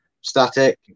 Static